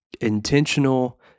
intentional